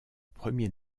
premier